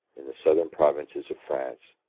in the southern provinces of france,